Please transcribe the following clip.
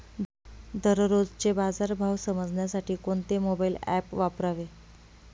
दररोजचे बाजार भाव समजण्यासाठी कोणते मोबाईल ॲप वापरावे?